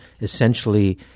essentially